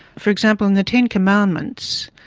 for example, in the ten commandments,